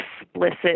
explicit